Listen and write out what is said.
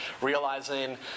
realizing